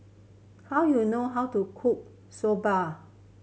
how you know how to cook Soba